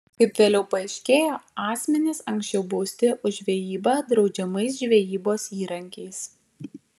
kaip vėliau paaiškėjo asmenys anksčiau bausti už žvejybą draudžiamais žvejybos įrankiais